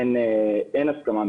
אין הסכמה מלאה.